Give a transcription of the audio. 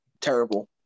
terrible